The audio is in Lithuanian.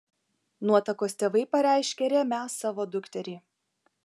nuotakos tėvai pareiškė remią savo dukterį